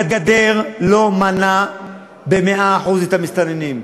הגדר לא מנעה ב-100% את כניסת המסתננים.